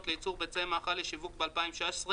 לייצור ביצי מאכל לשיווק בשנת 2016),